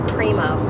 Primo